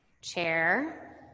Chair